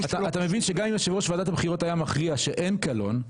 שגם אם יושב ראש ועדת הבחירות היה מכריע שאין קלון,